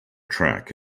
track